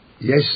yes